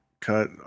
cut